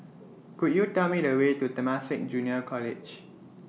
Could YOU Tell Me The Way to Temasek Junior College